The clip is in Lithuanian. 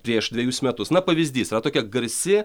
prieš dvejus metus na pavyzdys yra tokia garsi